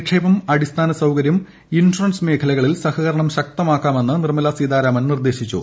നിക്ഷേപം അടിസ്ഥാന സൌകര്യം ഇൻഷുറൻസ് മേഖലകിളിൽ സഹകരണം ശക്തമാക്കാമെന്ന് നിർമ്മല സീതാരാമൻ നിർദ്ദേശിച്ചു